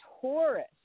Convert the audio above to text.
Taurus